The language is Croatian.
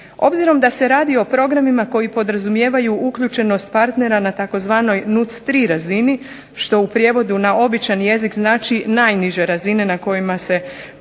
Obzirom da se radi o programima koji podrazumijevaju uključenost partnera na tzv. NUC3 razini, što u prijevodu na običan jezik znači najniže razine na kojima se planiraju